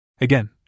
Again